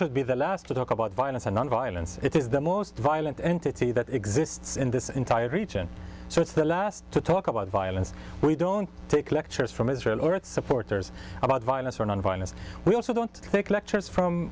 should be the last to talk about violence and nonviolence it is the most violent entity that exists in this entire region so it's the last to talk about violence we don't take lectures from israel or its supporters about violence or nonviolence we also don't think lectures from